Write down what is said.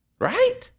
right